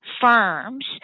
firms